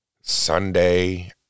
Sunday